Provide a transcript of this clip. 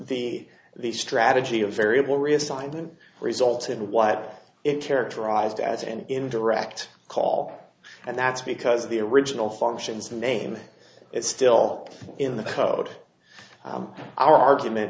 the the strategy of variable reassignment resulted what it characterized as an indirect call and that's because the original functions mame it's still in the code our argument